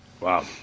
Wow